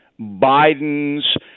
Biden's